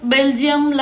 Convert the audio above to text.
Belgium